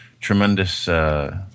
tremendous